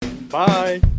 Bye